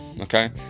okay